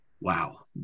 Wow